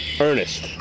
ernest